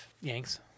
Yanks